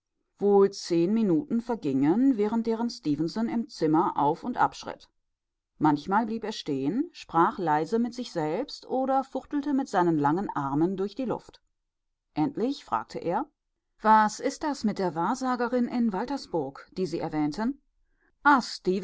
wohl zehn minuten vergingen während deren stefenson im zimmer auf und ab schritt manchmal blieb er stehen sprach leise mit sich selbst oder fuchtelte mit seinen langen armen durch die luft endlich fragte er was ist das mit der wahrsagerin in waltersburg die sie erwähnten